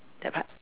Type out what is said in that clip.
that part mm